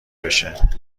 بشه